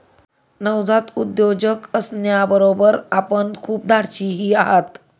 नवजात उद्योजक असण्याबरोबर आपण खूप धाडशीही आहात